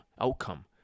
outcome